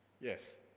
Yes